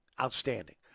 Outstanding